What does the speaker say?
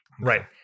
right